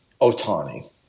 Otani